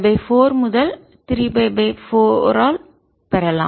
π 4 முதல் 3 π 4 ஆல் பெறலாம்